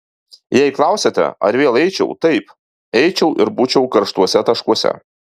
jei klausiate ar vėl eičiau taip eičiau ir būčiau karštuose taškuose